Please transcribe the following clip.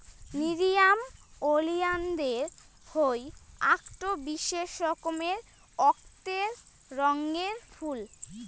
nerium oleander হই আকটো বিশেষ রকমের অক্তের রঙের ফুল